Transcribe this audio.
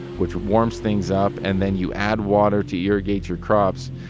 which warms things up. and then you add water to irrigate your crops.